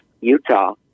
Utah